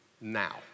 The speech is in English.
now